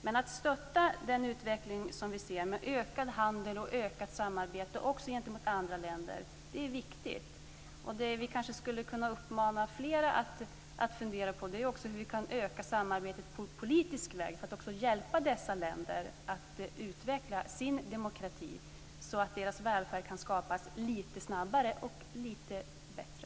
Men att stötta den utveckling som vi ser med ökad handel och ökat samarbete också gentemot andra länder är viktigt. Det som vi kanske skulle kunna uppmana flera att fundera på är hur vi kan öka samarbetet på politisk väg för att hjälpa dessa länder att utveckla sin demokrati, så att deras välfärd kan skapas lite snabbare och lite bättre.